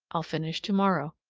i'll finish tomorrow.